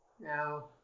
Now